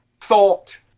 thought